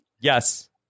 Yes